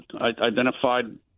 identified